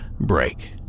break